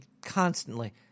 constantly